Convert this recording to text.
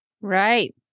Right